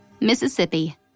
Mississippi